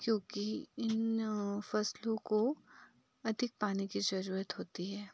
क्योंकि इन फसलों को अधिक पानी की ज़रूरत होती है